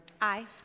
aye